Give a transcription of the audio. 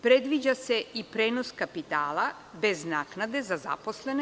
Predviđa se i prenos kapitala bez naknade za zaposlene.